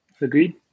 agreed